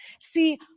See